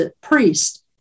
priest